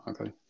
okay